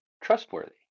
trustworthy